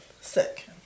sick